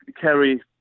Kerry